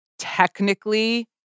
Technically